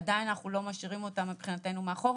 עדיין אנחנו לא משאירים אותם מבחינתנו מאחור